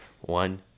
one